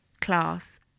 class